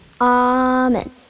Amen